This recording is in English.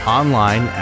online